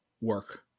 work